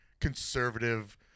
conservative